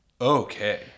Okay